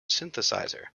synthesizer